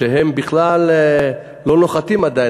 שהם בכלל לא נוחתים עדיין,